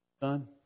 done